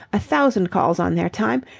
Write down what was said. a thousand calls on their time.